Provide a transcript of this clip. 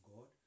God